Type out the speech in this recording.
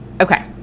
Okay